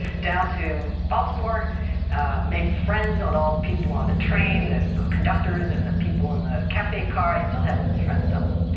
down to baltimore made friends on all the people on the train the conductors and the people in the cafe car. i still have them as friends, some of them.